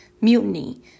mutiny